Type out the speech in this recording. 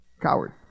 Coward